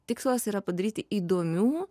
tikslas yra padaryti įdomių